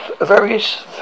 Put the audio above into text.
various